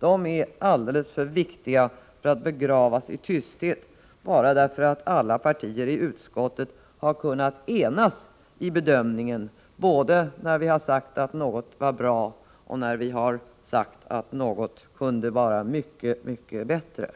De är sannerligen för viktiga för att begravas i tysthet bara därför att alla partier i utskottet har kunnat enas i bedömningen, både när vi har sagt att något är bra och när vi har sagt att något kunde vara mycket, mycket bättre.